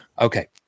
Okay